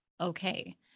okay